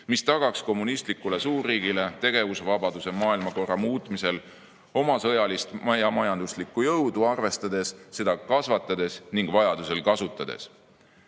mis tagaks kommunistlikule suurriigile tegevusvabaduse maailmakorra muutmisel oma sõjalist ja majanduslikku jõudu arvestades, seda kasvatades ning vajaduse korral